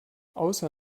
außer